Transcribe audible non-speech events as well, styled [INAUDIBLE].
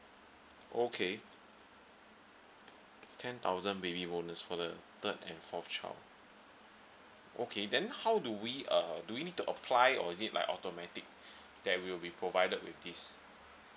okay ten thousand baby bonus for the third and fourth child okay then how do we uh do we need to apply or is it like automatic [BREATH] that we will be provided with this